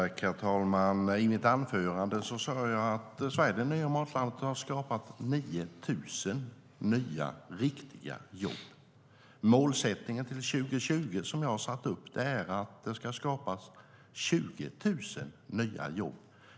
Herr talman! I mitt anförande sa jag att Sverige - det nya matlandet har skapat 9 000 nya riktiga jobb. Målsättningen till 2020 som jag har satt upp är att det ska skapa 20 000 nya jobb.